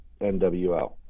NWL